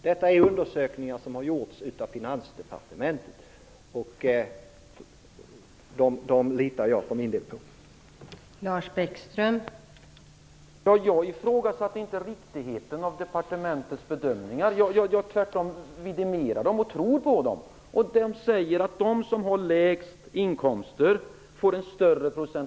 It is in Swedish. Dessa undersökningar har gjorts av Finansdepartementet, och jag för min del litar på dem.